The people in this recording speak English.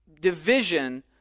division